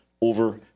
over